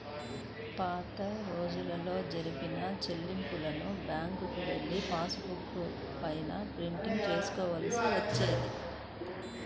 పాతరోజుల్లో జరిపిన చెల్లింపులను బ్యేంకుకెళ్ళి పాసుపుస్తకం పైన ప్రింట్ చేసుకోవాల్సి వచ్చేది